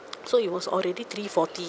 so it was already three forty